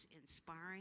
inspiring